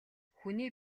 хүний